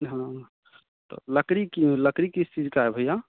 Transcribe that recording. हाँ तो लकड़ी की लकड़ी किस चीज का है भैया